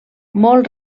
molt